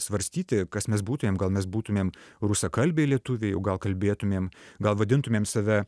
svarstyti kas mes būtumėm gal mes būtumėm rusakalbiai lietuviai o jau gal kalbėtumėm gal vadintumėm save